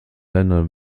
ländern